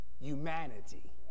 humanity